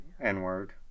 N-word